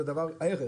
זה ערך.